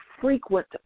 frequent